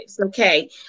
okay